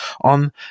on